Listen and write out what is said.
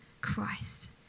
Christ